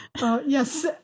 Yes